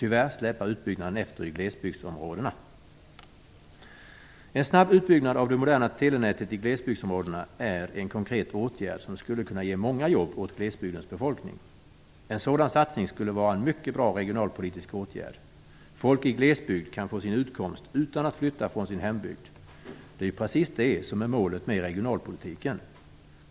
Tyvärr släpar utbyggnaden efter i glesbygdsområdena. Folk i glesbygd kan få sin utkomst utan att flytta från sin hembygd. Det är ju precis det som är målet med regionalpolitiken.